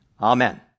Amen